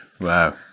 wow